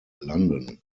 london